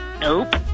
Nope